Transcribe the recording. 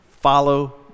follow